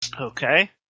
Okay